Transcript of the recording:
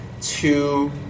two